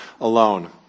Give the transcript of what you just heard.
alone